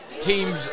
teams